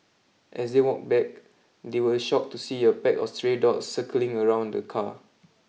as they walked back they were shocked to see a pack of stray dogs circling around the car